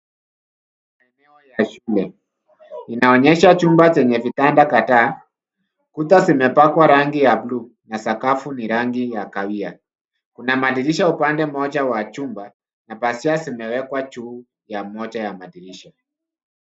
Eneo ya shule linaonyesha chumba chenye vitanda kadhaa. Kuta zimepakwa rangi ya bluu na sakafu ni ya rangi ya kahawia. Kuna madirisha upande moja wa chumba na pazia zimewekwa juu ya moja ya madirisha.